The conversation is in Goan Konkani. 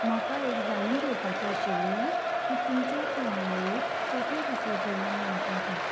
म्हाका एक जाणून घेवपाचें आशिल्लें की तुमच्या खाणावळीत कसलें कसलें जेवण मेळटा तें